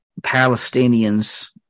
Palestinians